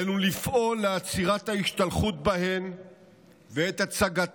עלינו לפעול לעצירת ההשתלחות בהם והצגתם